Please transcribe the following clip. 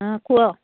ହଁ କୁହ